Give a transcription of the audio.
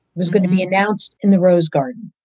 was going to be announced in the rose garden.